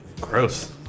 Gross